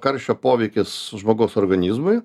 karščio poveikis žmogaus organizmui